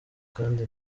kandi